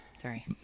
sorry